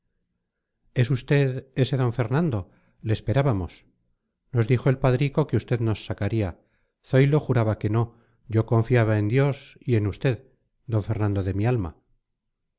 es usted ese d fernando le esperábamos nos dijo el padrico que usted nos sacaría zoilo juraba que no yo confiaba en dios y en usted d fernando de mi alma